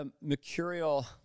mercurial